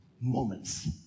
moments